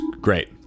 great